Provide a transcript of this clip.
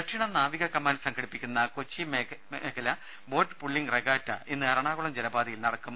ദക്ഷിണ നാവിക കമാൻഡ് സംഘടിപ്പിക്കുന്ന കൊച്ചി മേഖല ബോട്ട് പുള്ളിംഗ് റെഗാറ്റ ഇന്ന് എറണാകുളം ജലപാതയിൽ നടക്കും